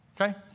okay